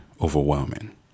overwhelming